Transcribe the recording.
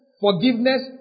Forgiveness